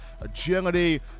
agility